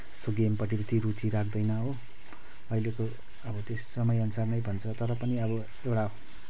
यस्तो गेमपट्टि त्यत्ति रुचि राख्दैन हो अहिलेको अब त्यो समयअनुसार नै भन्छ तर पनि अब एउटा